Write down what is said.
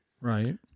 Right